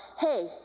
hey